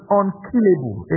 unkillable